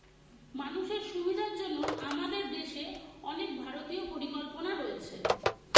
মানুষের সুবিধার জন্য আমাদের দেশে অনেক ভারতীয় পরিকল্পনা রয়েছে